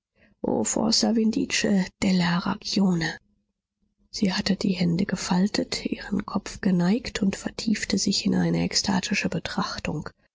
vindice della ragione sie hatte die hände gefaltet ihren kopf geneigt und vertiefte sich in eine ekstatische betrachtung